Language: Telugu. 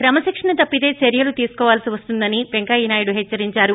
క్రమశిక్షన తప్పితే చర్యలు తీసుకోవాల్సి వస్తుందని పెంకయ్య హెచ్చరించారు